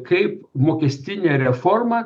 kaip mokestinė reforma